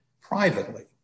privately